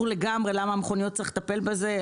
לגמרי למה צריך לטפל בזה במכוניות.